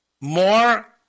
More